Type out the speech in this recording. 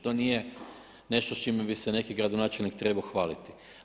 To nije nešto s čime bi se neki gradonačelnik trebao hvaliti.